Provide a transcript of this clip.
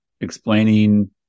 explaining